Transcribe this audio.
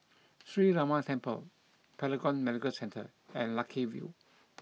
Sree Ramar Temple Paragon Medical Centre and Lucky View